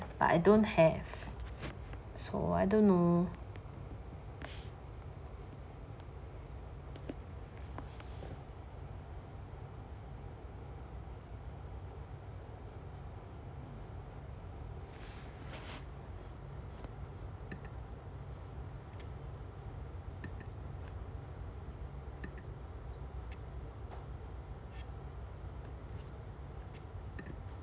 but I don't have so I don't know